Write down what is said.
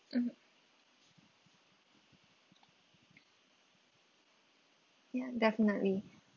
mm ya definitely